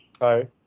Hi